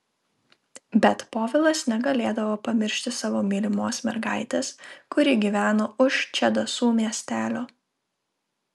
bet povilas negalėdavo pamiršti savo mylimos mergaitės kuri gyveno už čedasų miestelio